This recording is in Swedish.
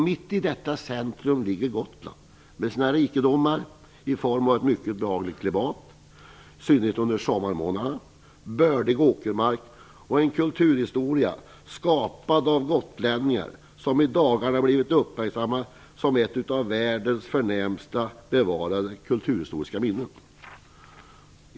Mitt i detta centrum ligger Gotland med sina rikedomar i form av bl.a. ett mycket behagligt klimat, i synnerhet under sommarmånaderna, bördig åkermark och en kulturhistoria skapad av gotlänningarna. Den har i dagarna har blivit uppmärksammad som ett av världens förnämsta bevarade kulturhistoriska minnen.